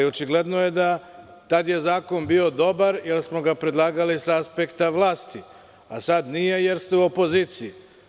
Očigledno je da je tada zakon bio dobar jer smo ga predlagali sa aspekta vlasti, a sada nije jer ste u opoziciji.